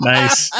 Nice